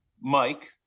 Mike